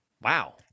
Wow